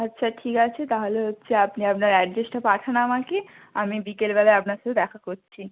আচ্ছা ঠিক আছে তাহলে হচ্ছে আপনি আপনার অ্যাড্রেসটা পাঠান আমাকে আমি বিকেলবেলায় আপনার সাথে দেখা করছি